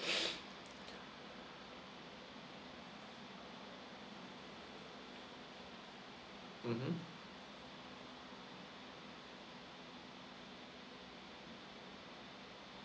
mmhmm